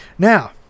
Now